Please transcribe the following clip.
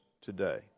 today